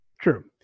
True